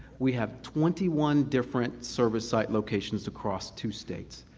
we have twenty one different service site locations across two states,